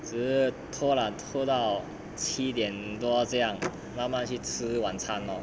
一直拖 lah 拖到七点多这样慢慢去吃晚餐 lor